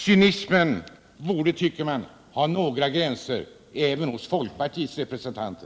Cynismen borde, tycker man, ha några gränser även hos folkpartiets representanter.